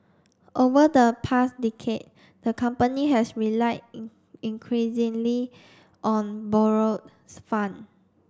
over the past decade the company has relied in increasingly on borrowed fund